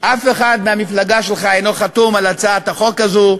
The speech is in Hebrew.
אף אחד מהמפלגה שלך אינו חתום על הצעת החוק הזו,